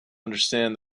understand